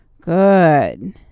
Good